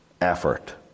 effort